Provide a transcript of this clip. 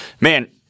man